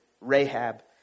Rahab